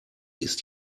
ist